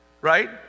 Right